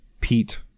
Pete